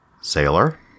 Sailor